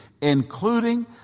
including